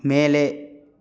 மேலே